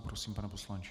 Prosím, pane poslanče.